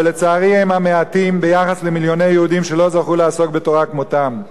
אבל לצערי הם המעטים ביחס למיליוני יהודים שלא זכו לעסוק בתורה כמותם.